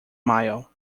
mile